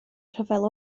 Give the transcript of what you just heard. rhyfel